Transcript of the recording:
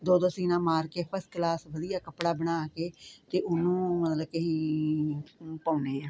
ਦੋ ਦੋ ਸੀਣਾਂ ਮਾਰ ਕੇ ਫਸਕਲਾਸ ਕੱਪੜਾ ਬਣਾ ਕੇ ਤੇ ਉਹਨੂੰ ਮਤਲਬ ਕੇ ਅਹੀਂ ਪਾਉਨੇ ਆਂ